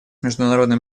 международным